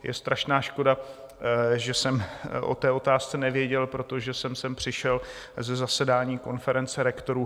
Je strašná škoda, že jsem o té otázce nevěděl, protože jsem sem přišel ze zasedání konference rektorů.